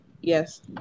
Yes